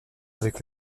avec